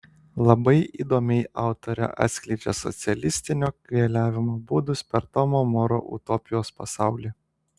labai įdomiai autorė atskleidžia socialistinio keliavimo būdus per tomo moro utopijos pasaulį